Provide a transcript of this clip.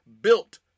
built